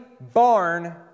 barn